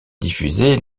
diffusés